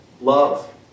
Love